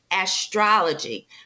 astrology